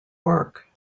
work